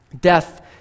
death